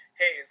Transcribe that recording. hey